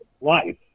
life